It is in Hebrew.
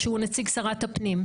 שהוא נציג שרת הפנים,